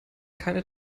keine